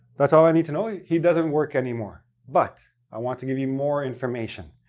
that's all i need to know. he he doesn't work anymore. but i want to give you more information.